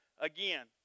again